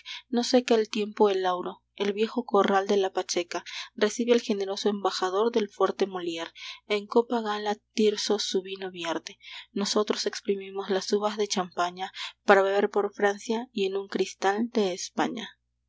no seca el tiempo el lauro el viejo corral de la pacheca recibe al generoso embajador del fuerte molire en copa gala tirso su vino vierte nosotros exprimimos las uvas de champaña para beber por francia y en un cristal de españa